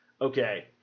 okay